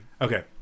Okay